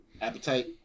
appetite